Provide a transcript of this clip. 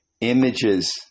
images